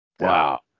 Wow